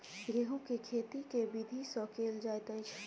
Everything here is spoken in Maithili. गेंहूँ केँ खेती केँ विधि सँ केल जाइत अछि?